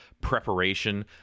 preparation